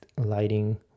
lighting